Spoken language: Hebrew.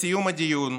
בסיום הדיון,